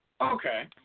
Okay